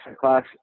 class